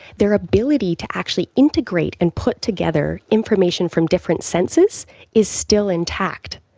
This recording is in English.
their ability to actually integrate and put together information from different senses is still intact,